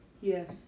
Yes